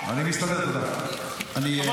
אני מסתדר, תודה.